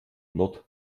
nord